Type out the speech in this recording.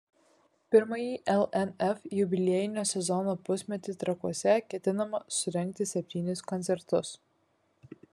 pirmąjį lnf jubiliejinio sezono pusmetį trakuose ketinama surengti septynis koncertus